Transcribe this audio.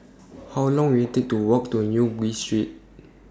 How Long Will IT Take to Walk to New Street